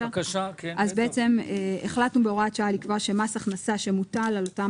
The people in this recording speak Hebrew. אז בעצם החלטנו בהוראת שעה לקבוע שמס הכנסה שמוטל על אותם